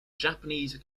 japanese